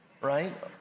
right